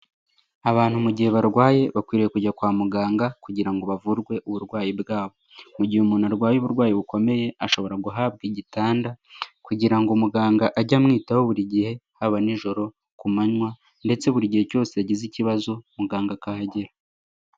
Abantu mu gihe barwaye bakwiriye kujya kwa muganga kugira ngo bavurwe uburwayi bwabo. Mu gihe umuntu arwaye uburwayi bukomeye ,ashobora guhabwa igitanda kugira ngo muganga ajye amwitaho buri gihe haba nijoro, ku manywa, ndetse buri gihe cyose yagize ikibazo muganga akahagera.